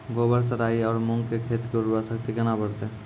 गोबर से राई आरु मूंग खेत के उर्वरा शक्ति केना बढते?